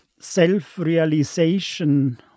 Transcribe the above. self-realization